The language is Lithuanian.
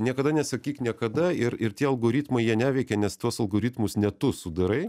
niekada nesakyk niekada ir ir tie algoritmai jie neveikia nes tuos algoritmus ne tu sudarai